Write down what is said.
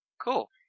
cool